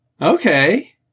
Okay